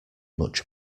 much